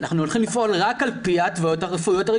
אנחנו הולכים לפעול רק על פי ההתוויות הרגילות,